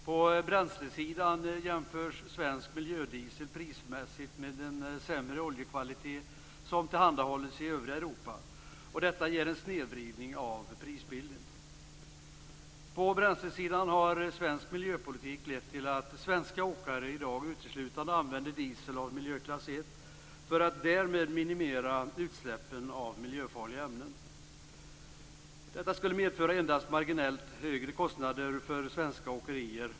På bränslesidan jämförs svensk miljödiesel prismässigt med en sämre oljekvalitet som tillhandahålls i övriga Europa. Detta ger en snedvridning av prisbilden. På bränslesidan har svensk miljöpolitik lett till att svenska åkare i dag uteslutande använder diesel av miljöklass 1 för att därmed minimera utsläppen av miljöfarliga ämnen. Detta skulle medföra endast marginellt högre kostnader för svenska åkerier.